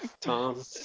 Tom